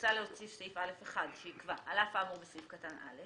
מוצע להוסיף סעיף (א1) שיקבע: " "(א1)על אף האמור בסעיף קטן (א),